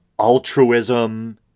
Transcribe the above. altruism